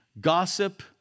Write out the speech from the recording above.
gossip